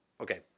okay